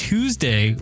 Tuesday